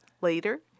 Later